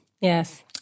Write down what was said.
yes